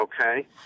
Okay